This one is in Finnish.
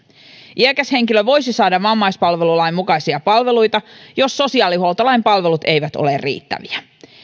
iäkäs henkilö voisi saada vammaispalvelulain mukaisia palveluita jos sosiaalihuoltolain palvelut eivät ole riittäviä